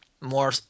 more